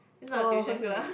oh cause it make